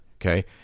Okay